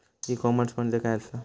E commerce म्हणजे काय असा?